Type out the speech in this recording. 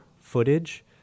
footage